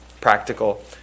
practical